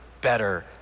better